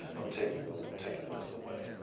um taking ah taking this away.